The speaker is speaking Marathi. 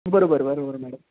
बरं बरं बरं बरं मॅडम